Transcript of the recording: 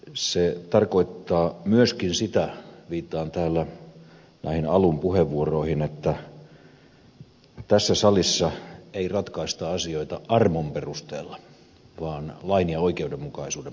se tarkoittaa myöskin sitä viittaan täällä näihin alun puheenvuoroihin että tässä salissa ei ratkaista asioita armon perusteella vaan lain ja oikeudenmukaisuuden perusteella